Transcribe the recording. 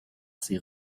ses